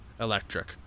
electric